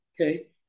Okay